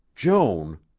joan,